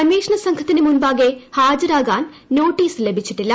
അന്വേഷണ സംഘത്തിനു മുമ്പാകെ ഹാജരാകാൻ നോട്ടീസ് ലഭിച്ചിട്ടില്ല